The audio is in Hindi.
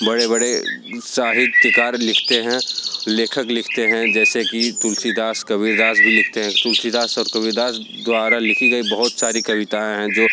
बड़े बड़े साहित्यकार लिखते हैं लेखक लिखते हैं जैसे कि तुलसीदास कबीर दास भी लिखते हैं तुलसीदास और कबीर दास द्वारा लिखी गई बहुत सारी कविताएँ हैं जो